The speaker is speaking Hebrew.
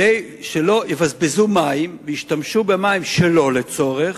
כדי שלא יבזבזו מים וישתמשו במים שלא לצורך,